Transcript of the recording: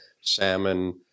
salmon